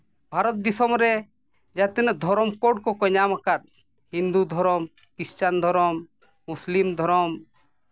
ᱵᱷᱟᱨᱚᱛ ᱫᱤᱥᱚᱢ ᱨᱮ ᱡᱟᱦᱟᱸ ᱛᱤᱱᱟᱹᱜ ᱫᱷᱚᱨᱚᱢ ᱠᱳᱰ ᱠᱚᱠᱚ ᱧᱟᱢ ᱟᱠᱟᱫ ᱦᱤᱱᱫᱩ ᱫᱷᱚᱨᱚᱢ ᱠᱷᱤᱥᱴᱟᱱ ᱫᱷᱚᱨᱚᱢ ᱢᱩᱥᱞᱤᱢ ᱫᱷᱚᱨᱚᱢ